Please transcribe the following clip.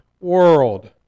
world